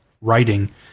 writing